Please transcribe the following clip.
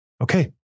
Okay